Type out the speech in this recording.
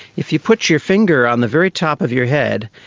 if you put your finger on the very top of your head,